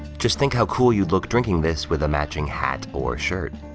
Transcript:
just think how cool you look drinking this with a matching hat or shirt?